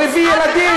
הוא הביא ילדים,